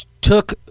took